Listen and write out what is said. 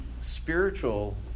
spiritual